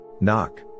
Knock